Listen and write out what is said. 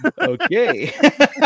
Okay